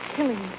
Killing